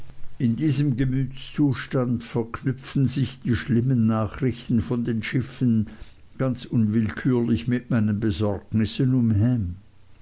in diesem gemütszustand verknüpften sich die schlimmen nachrichten von den schiffen ganz unwillkürlich mit meinen besorgnissen um ham